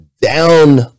down